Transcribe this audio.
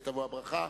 ותבוא עליהם הברכה.